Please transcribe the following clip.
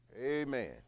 Amen